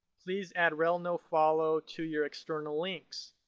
please add rel nofollow to your external links.